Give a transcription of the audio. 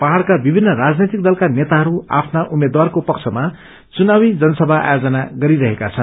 पहाङ्का विभिन्न राजनैतिक दलका नेताहरू आफ्ना उम्मेद्वारको पक्षमा चुनावी जनसभा आयोजन गरिरहेका छन्